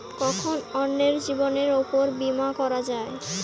কখন অন্যের জীবনের উপর বীমা করা যায়?